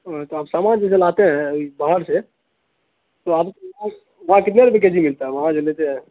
اوہ تو آپ سامان جو جو لاتے ہیں باہر سے تو وہاں کتنے روپے کے جی ملتا ہے وہاں جو لیتے ہیں